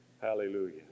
Hallelujah